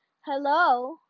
Hello